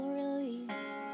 release